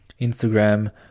Instagram